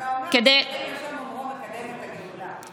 אבל האומר דברים בשם אומרם מקדם את הגאולה,